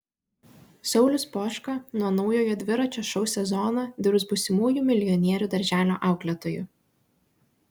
saulius poška nuo naujojo dviračio šou sezono dirbs būsimųjų milijonierių darželio auklėtoju